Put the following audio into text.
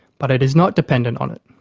but it is not dependent on it.